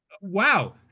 Wow